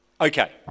Okay